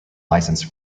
licence